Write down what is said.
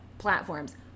platforms